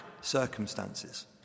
circumstances